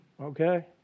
Okay